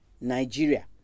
Nigeria